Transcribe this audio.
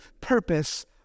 purpose